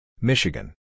Michigan